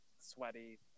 sweaty